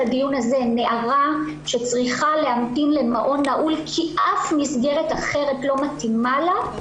נעול כי אף מסגרת אחרת לא מתאימה לה היא